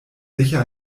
sicher